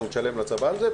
אנחנו נשלם לצבא על זה,